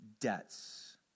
debts